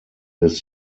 des